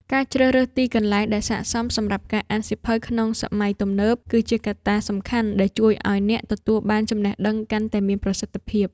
ការជ្រើសរើសទីកន្លែងដែលសក្ដិសមសម្រាប់ការអានសៀវភៅក្នុងសម័យទំនើប គឺជាកត្តាសំខាន់ដែលជួយឱ្យអ្នកទទួលបានចំណេះដឹងកាន់តែមានប្រសិទ្ធភាព។